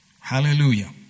Hallelujah